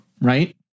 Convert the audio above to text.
right